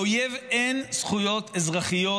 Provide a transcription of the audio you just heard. לאויב אין זכויות אזרחיות.